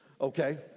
okay